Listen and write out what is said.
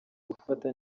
gufata